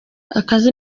akazi